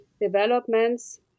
developments